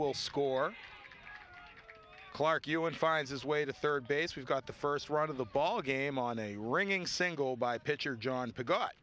will score clarke you would find his way to third base we've got the first run of the ball game on a ringing single by pitcher john